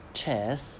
Chess